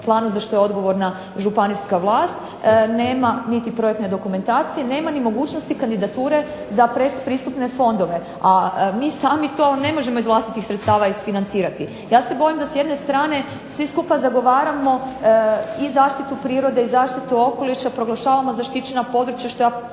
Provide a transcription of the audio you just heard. za što je odgovorna županijska vlast nema niti projektne dokumentacije nema niti mogućnosti kandidature za pretpristupne fondove, a mi sami to možemo iz vlastitih sredstava isfinancirati. Ja se bojim da s jedne strane svi skupa zagovaramo i zaštitu prirode i zaštitu okoliša, proglašavamo zaštićena područja